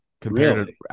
compared